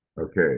Okay